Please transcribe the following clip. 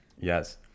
Yes